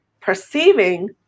perceiving